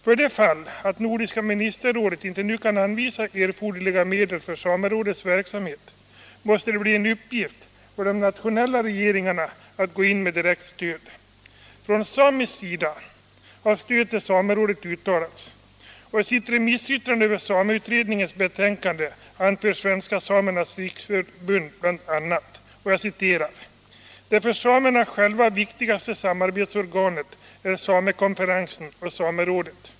För det fall att Nordiska ministerrådet inte nu kan anvisa erforderliga medel till samerådets verksamhet måste det bli en uppgift för de nationella regeringarna att gå in med direkt stöd. Från samisk sida har stöd till samerådet uttalats och i sitt remissyttrande över sameutredningens betänkande anför Svenska samernas riksförbund bl.a.: "Det för samerna själva viktigaste samarbetsorganet är samekonferensen och samerådet.